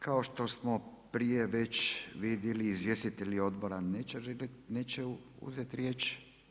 Kao što smo prije već vidjeli izvjestitelji odbora neće uzeti riječ.